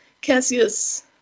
Cassius